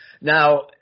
Now –